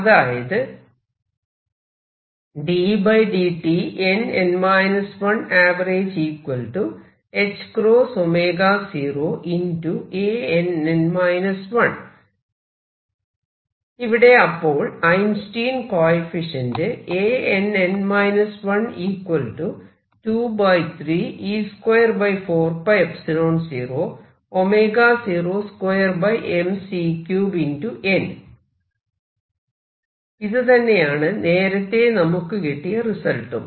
അതായത് ഇവിടെ അപ്പോൾ ഐൻസ്റ്റൈൻ കോയെഫിഷ്യന്റ് ഇതുതന്നെയാണ് നേരത്തെ നമുക്ക് കിട്ടിയ റിസൾട്ടും